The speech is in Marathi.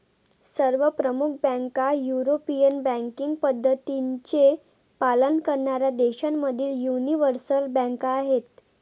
सर्व प्रमुख बँका युरोपियन बँकिंग पद्धतींचे पालन करणाऱ्या देशांमधील यूनिवर्सल बँका आहेत